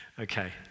Okay